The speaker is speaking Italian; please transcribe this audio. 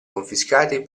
confiscati